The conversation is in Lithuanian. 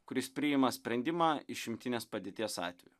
kuris priima sprendimą išimtinės padėties atveju